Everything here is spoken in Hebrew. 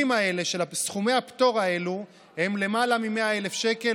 סכומי הפטור האלה הם למעלה מ-100,000 שקל